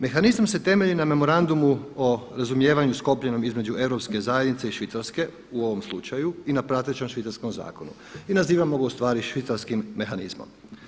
Mehanizam se temelji na Memorandumu o razumijevanju sklopljenom između Europske zajednice i Švicarske u ovom slučaju i na pratećem švicarskom zakonu i nazivamo ga ustvari švicarskim mehanizmom.